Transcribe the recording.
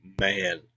man